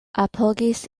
apogis